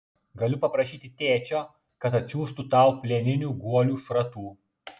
galiu paprašyti tėčio kad atsiųstų tau plieninių guolių šratų